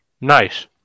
Nice